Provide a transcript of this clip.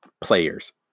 players